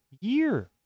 year